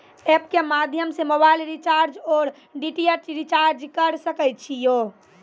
App के माध्यम से मोबाइल रिचार्ज ओर डी.टी.एच रिचार्ज करऽ सके छी यो?